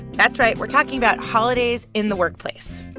that's right, we're talking about holidays in the workplace.